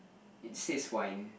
it says wine